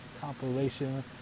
compilation